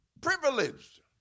Privileged